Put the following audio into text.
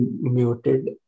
muted